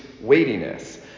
weightiness